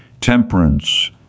temperance